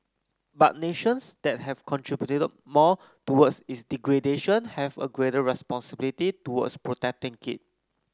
but nations that have contributed more towards its degradation have a greater responsibility towards protecting it